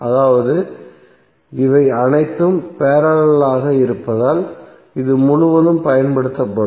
அதாவது இவை அனைத்தும் பேரலல் ஆக இருப்பதால் இது முழுவதும் பயன்படுத்தப்படும்